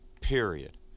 Period